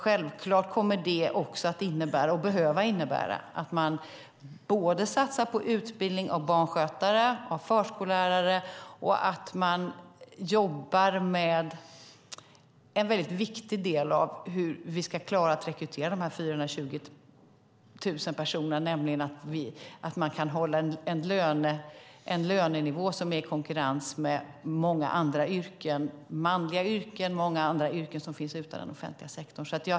Självklart kommer det att innebära att man både satsar på utbildning av barnskötare och förskollärare och jobbar med - och det är en väldigt viktig del i hur vi ska kunna klara att rekrytera dessa 420 000 personer - att hålla en lönenivå som är i konkurrens med lönerna inom många andra yrken, manliga yrken, som finns utanför den offentliga sektorn.